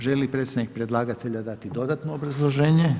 Želi li predstavnik predlagatelja dati dodatno obrazloženje?